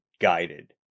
guided